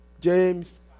James